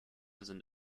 sind